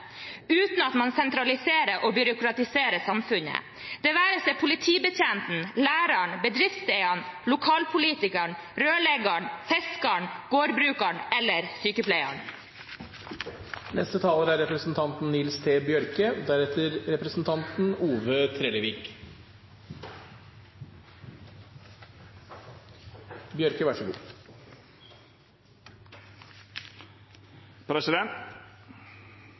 uten at man sentraliserer og byråkratiserer samfunnet, det være seg politibetjenten, læreren, bedriftseieren, lokalpolitikeren, rørleggeren, fiskeren, gårdbrukeren eller sykepleieren. For å sikra beredskapen er